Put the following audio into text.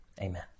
Amen